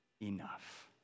enough